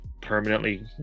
permanently